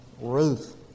Ruth